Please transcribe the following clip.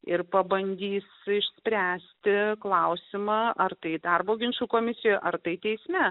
ir pabandys išspręsti klausimą ar tai darbo ginčų komisija ar tai teisme